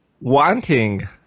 wanting